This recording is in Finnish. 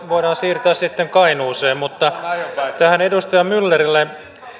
voidaan siirtää sitten kainuuseen edustaja myllerille